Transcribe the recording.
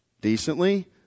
decently